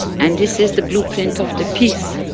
and this is the blueprint of the peace.